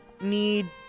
need